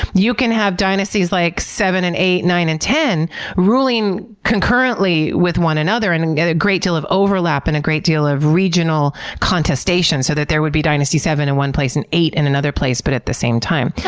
you can have dynasties like seven and eight, nine and ten ruling concurrently with one another, and and a great deal of overlap, and a great deal of regional contestations so that there would be dynasty seven in one place and eight in another place, but at the same time.